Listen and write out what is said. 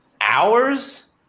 Hours